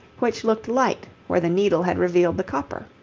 which looked light where the needle had revealed the copper.